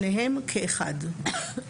שניהם כאחד.